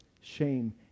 shame